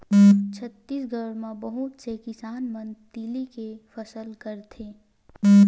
छत्तीसगढ़ म बहुत से किसान मन तिली के फसल करथे